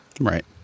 Right